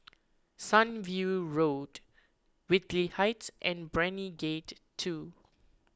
Sunview Road Whitley Heights and Brani Gate two